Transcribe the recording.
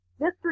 Mr